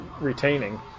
retaining